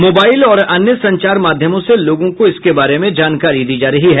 mobile और अन्य संचार माध्यमों से लोगों को इसके बारे में जानकारी दी जा रही है